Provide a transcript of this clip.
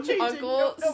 Uncle